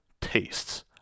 tastes